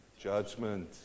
judgment